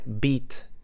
beat